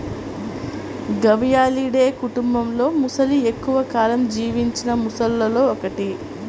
గవియాలిడే కుటుంబంలోమొసలి ఎక్కువ కాలం జీవించిన మొసళ్లలో ఒకటి